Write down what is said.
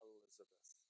Elizabeth